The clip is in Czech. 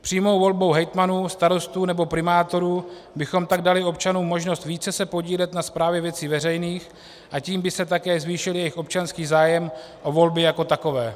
Přímou volbou hejtmanů, starostů nebo primátorů bychom tak dali občanům možnost více se podílet na správě věcí veřejných, a tím by se také zvýšil jejich občanský zájem o volby jako takové.